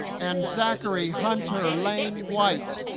and zachary hunter lane white.